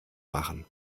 machen